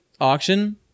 auction